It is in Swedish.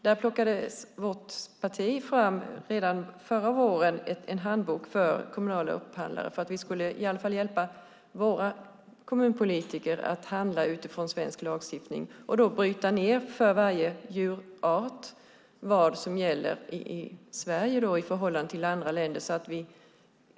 Där plockade vårt parti redan förra våren fram en handbok för kommunala upphandlare för att vi i alla fall skulle hjälpa våra kommunpolitiker att handla utifrån svensk lagstiftning och då bryta ned för varje djurart vad som gäller i Sverige i förhållande till andra länder.